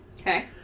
Okay